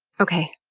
okay,